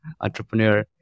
entrepreneur